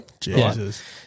jesus